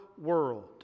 world